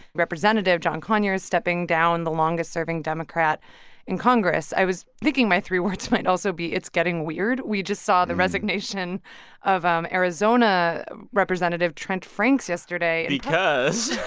representative john conyers stepping down, the longest-serving democrat in congress. i was thinking my three words might also be, it's getting weird. we just saw the resignation of um arizona representative trent franks yesterday because.